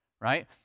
right